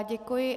Děkuji.